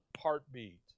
heartbeat